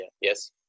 Yes